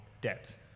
depth